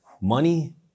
money